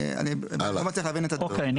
אני לא מצליח להבין את השאלה.